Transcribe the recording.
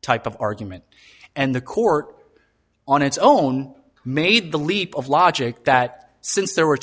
type of argument and the court on its own made the leap of logic that since there were